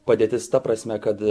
padėtis ta prasme kad